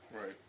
Right